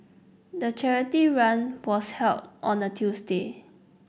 the charity run was held on a Tuesday